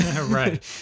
right